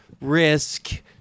risk